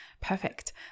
perfect